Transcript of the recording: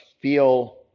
feel